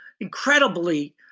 incredibly